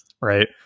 right